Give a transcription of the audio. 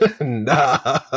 nah